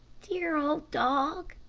dear old dog,